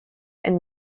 and